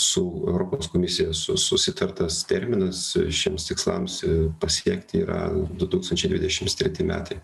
su europos komisija su susitartas terminas šiems tikslams pasiekti yra du tūkstančiai dvidešims treti metai